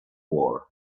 war